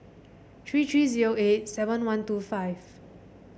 three three zero eight seven one two five